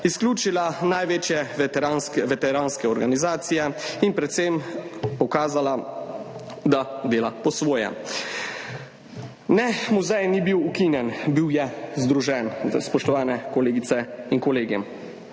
izključila največje veteranske organizacije in predvsem pokazala, da dela po svoje. Ne, muzej ni bil ukinjen, bil je združen, spoštovane kolegice in kolegi.